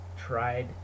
tried